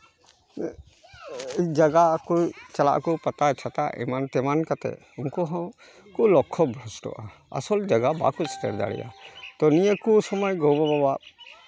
ᱡᱟᱭᱜᱟ ᱠᱚ ᱪᱟᱞᱟᱜᱼᱟ ᱠᱚ ᱯᱟᱛᱟ ᱪᱷᱟᱛᱟ ᱮᱢᱟᱱ ᱛᱮᱢᱟᱱ ᱠᱟᱛᱮᱫ ᱩᱱᱠᱩ ᱦᱚᱸ ᱠᱚ ᱞᱚᱠᱠᱷᱚ ᱵᱷᱨᱚᱥᱴᱚᱜᱼᱟ ᱟᱥᱚᱞ ᱡᱟᱭᱜᱟ ᱵᱟᱠᱚ ᱥᱮᱴᱮᱨ ᱫᱟᱲᱮᱭᱟᱜᱼᱟ ᱛᱚ ᱱᱤᱭᱟᱹ ᱠᱚ ᱥᱚᱢᱚᱭ ᱜᱚᱼᱵᱟᱵᱟᱣᱟᱜ